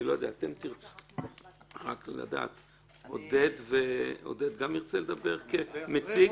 רק לדעת, עודד גם ירצה לדבר כמציג?